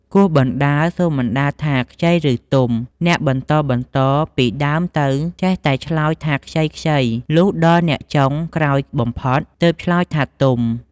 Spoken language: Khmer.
គោះបណ្តើរសួរបណ្តើរថា ខ្ចី ឬ ទុំ? អ្នកបន្តៗ ពីដើមទៅ ចេះតែឆ្លើយថាខ្ចីៗ លុះដល់អ្នកចុងក្រោយបំផុតទើបឆ្លើយថាទុំ។